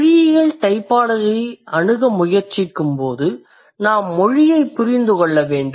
மொழியியல் டைபாலஜியை அணுக முயற்சிக்கும்போது நாம் மொழியைப் புரிந்து கொள்ள வேண்டும்